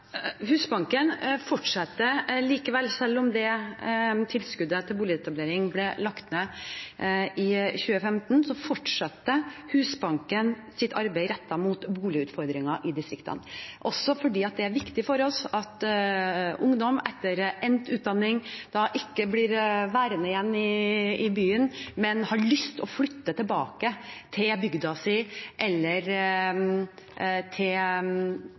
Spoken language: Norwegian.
2015 fortsatte Husbanken sitt arbeid rettet mot boligutfordringer i distriktene, også fordi det er viktig for oss at ungdom etter endt utdanning ikke blir værende igjen i byen, men har lyst til å flytte tilbake til bygda si eller til